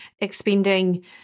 expending